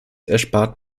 erspart